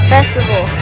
Festival